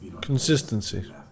Consistency